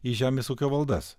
į žemės ūkio valdas